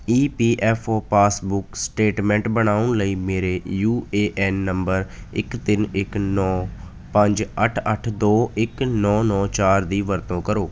ਈ P F O passbook statement ਬਣਾਉਣ ਲਈ ਮੇਰੇ ਯੂ ਏ ਐੱਨ ਨੰਬਰ ਇੱਕ ਤਿੰਨ ਇੱਕ ਨੌਂ ਪੰਜ ਅੱਠ ਅੱਠ ਦੋ ਇੱਕ ਨੌਂ ਨੌਂ ਚਾਰ ਦੀ ਵਰਤੋਂ ਕਰੋ